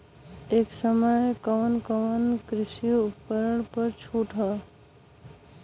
ए समय कवन कवन कृषि उपकरण पर छूट ह?